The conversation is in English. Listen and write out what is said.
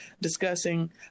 discussing